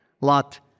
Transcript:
Lot